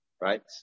Right